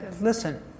listen